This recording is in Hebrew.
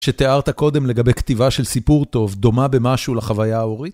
שתיארת קודם לגבי כתיבה של סיפור טוב דומה במשהו לחוויה האורית?